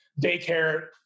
daycare